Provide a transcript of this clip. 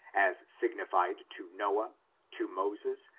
as signified to noahj to moses,